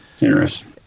Interesting